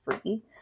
free